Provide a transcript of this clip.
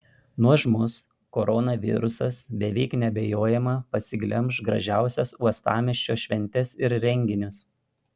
nuožmus koronavirusas beveik neabejojama pasiglemš gražiausias uostamiesčio šventes ir renginius